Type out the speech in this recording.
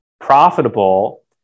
profitable